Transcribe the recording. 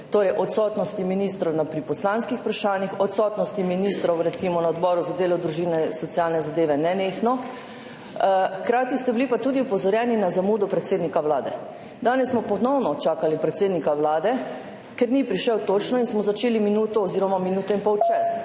to je odsotnosti ministrov pri poslanskih vprašanjih, odsotnosti ministrov recimo na Odboru za delo, družino, socialne zadeve in invalide nenehno, hkrati ste bili pa tudi opozorjeni na zamudo predsednika Vlade. Danes smo ponovno čakali predsednika Vlade, ker ni prišel točno, in smo začeli minuto oziroma minuto in pol čez.